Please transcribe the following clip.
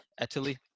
Italy